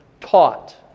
taught